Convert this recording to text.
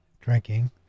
drinking